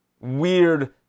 weird